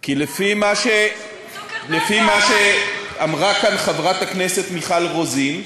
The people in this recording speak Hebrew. כי לפי מה שאמרה כאן חברת הכנסת מיכל רוזין,